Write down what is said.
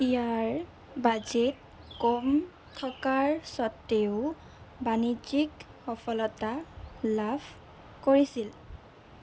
ইয়াৰ budget কম থকাৰ স্বত্ত্বেও বাণিজ্যিক সফলতা লাভ কৰিছিল